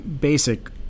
basic